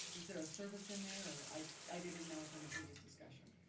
is there a service in there, or? i i didn't know from the previous discussion.